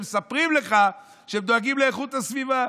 והם מספרים לך שהם דואגים לאיכות הסביבה.